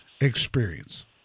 experience